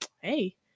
Hey